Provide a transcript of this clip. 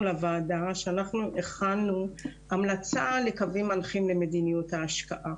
לוועדה שהכנו המלצה לקווים מנחים למדיניות ההשקעה